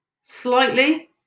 slightly